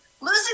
Losing